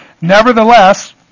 Nevertheless